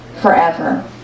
forever